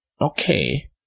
okay